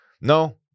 No